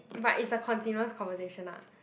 but it's a continuous conversation ah